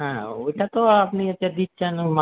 হ্যাঁ ওটা তো আপনি ওটা দিচ্ছেন